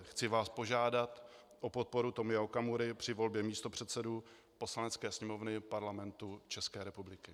Chci vás požádat o podporu Tomia Okamury při volbě místopředsedů Poslanecké sněmovny Parlamentu České republiky.